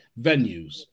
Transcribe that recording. venues